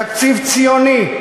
תקציב ציוני,